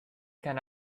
can